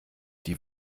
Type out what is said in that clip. die